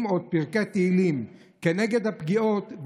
/ עוד פרקי תהילים / כנגד הפגיעות...